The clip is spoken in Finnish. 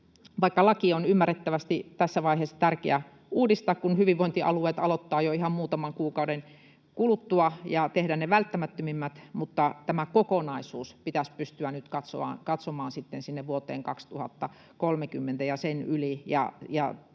vaikka lakia on ymmärrettävästi tärkeää uudistaa tässä vaiheessa, kun hyvinvointialueet aloittavat jo ihan muutaman kuukauden kuluttua, ja tehdä ne välttämättömimmät, niin tämä kokonaisuus pitäisi pystyä nyt katsomaan sinne vuoteen 2030 ja sen yli,